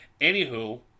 Anywho